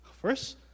First